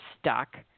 stuck